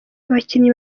abakinnyi